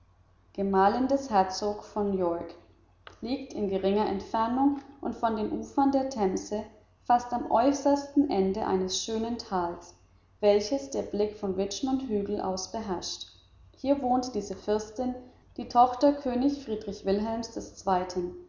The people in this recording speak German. herzogs von york liegt in geringer entfernung von den ufern der themse fast am äußersten ende des schönen tals welches der blick von richmonds hügel aus beherrscht hier wohnte diese fürstin die tochter könig friedrich wilhelms des